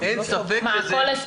ואתה חידדת את זה טוב,